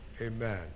Amen